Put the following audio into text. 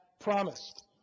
promised